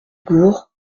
gourd